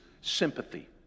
sympathy